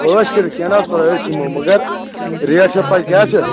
عٲش کٔرتھ کینہہ نہ حظ چھُ پرواے مگر ریٹ چھو پاے کیاہ چھِ